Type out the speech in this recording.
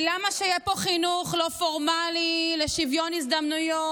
כי למה שיהיה פה חינוך לא פורמלי לשוויון הזדמנויות,